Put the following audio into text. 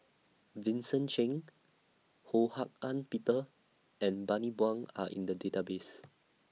Vincent Cheng Ho Hak Ean Peter and Bani Buang Are in The Database